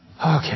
Okay